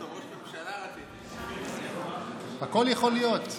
עמדתם בראש כל חוצות ואמרתם: אנחנו נהיה אופוזיציה רק לממשלה,